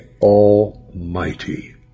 almighty